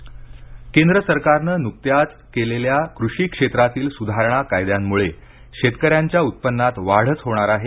कृषी पाटील केंद्र सरकारनं नुकत्याच केलेल्या कृषी क्षेत्रातील सुधारणा कायद्यांमुळे शेतकऱ्यांच्या उत्पन्नात वाढच होणार आहे